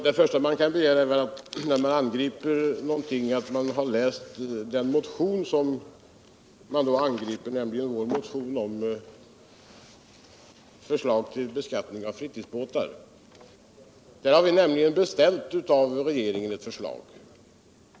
beskattning av friudsbåtar. Där har vi nämligen beställt eu förslag av regeringen.